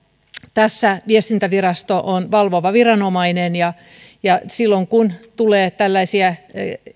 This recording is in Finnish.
tässä viestintävirasto on valvova viranomainen ja ja silloin kun tulee tällaisia